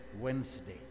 Wednesday